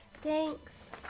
Thanks